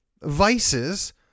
vices